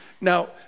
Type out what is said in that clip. Now